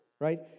right